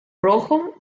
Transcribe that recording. rojo